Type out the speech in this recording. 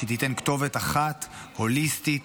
שתיתן כתובת אחת הוליסטית,